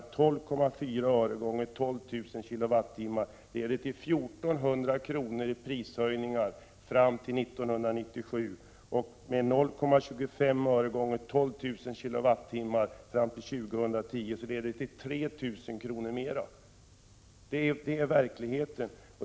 12,5 öre multiplicerat med 12 000 ger 1 400 kr. Det blir alltså prishöjningen fram till 1997. 0,25 öre multiplicerat med 12 000 ger en prishöjning på 3 000 kr. fram till 2010. Detta är verkligheten.